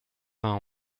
vingt